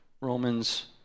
Romans